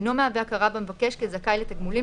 אינו מהווה הכרה במבקש כזכאי לתגמולים,